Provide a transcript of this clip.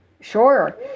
Sure